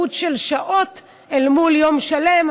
המורכבות של שעות אל מול יום שלם.